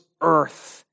earth